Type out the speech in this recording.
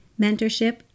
mentorship